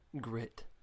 Grit